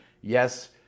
yes